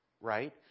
right